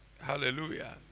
Hallelujah